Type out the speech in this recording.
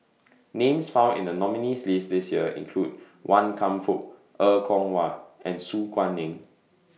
Names found in The nominees' list This Year include Wan Kam Fook Er Kwong Wah and Su Guaning